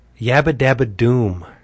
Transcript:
Yabba-dabba-doom